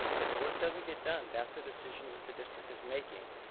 if work doesn't get done, that's a decision that the district is making.